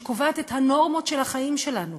שקובעת את הנורמות של החיים שלנו,